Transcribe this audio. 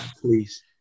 please